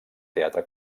teatre